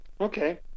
Okay